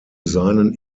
seinen